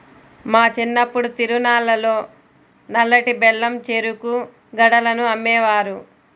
మా చిన్నప్పుడు తిరునాళ్ళల్లో నల్లటి బెల్లం చెరుకు గడలను అమ్మేవారు